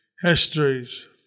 histories